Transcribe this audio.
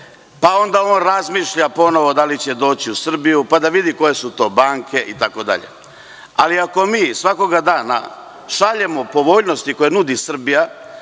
pa onda on razmišlja da li će doći u Srbiju, pa da vidi koje su to banke itd. Ali, ako mi svakog dana šaljemo povoljnost koje nudi Srbija